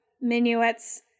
Minuet's